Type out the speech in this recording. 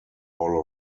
hall